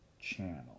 Channel